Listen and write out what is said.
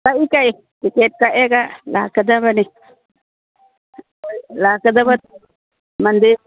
ꯀꯛꯏ ꯀꯛꯏ ꯇꯤꯀꯦꯠ ꯀꯛꯑꯒ ꯂꯥꯛꯀꯗꯕꯅꯤ ꯂꯥꯛꯀꯗꯕ ꯃꯟꯗꯤꯔ